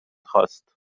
خاست